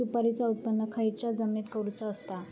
सुपारीचा उत्त्पन खयच्या जमिनीत करूचा असता?